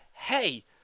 hey